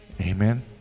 Amen